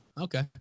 okay